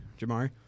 Jamari